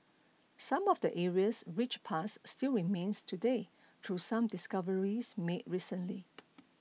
some of the area's rich past still remains today through some discoveries made recently